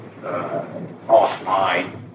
offline